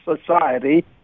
society